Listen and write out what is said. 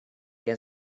can